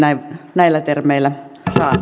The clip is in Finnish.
näillä termeillä